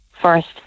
first